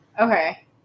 okay